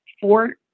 four